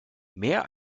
mehr